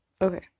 Okay